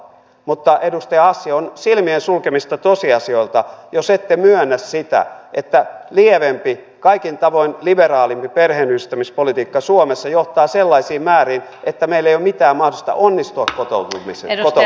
mutta edustaja hassi on silmien sulkemista tosiasioilta jos ette myönnä sitä että lievempi kaikin tavoin liberaalimpi perheenyhdistämispolitiikka suomessa johtaa sellaisiin määriin että meillä ei ole mitään mahdollisuutta onnistua kotouttamisessa